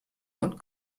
und